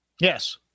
Yes